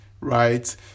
right